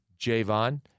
Javon